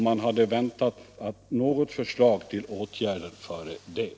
Jag hade väntat ett förslag till åtgärder före det.